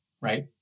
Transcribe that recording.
right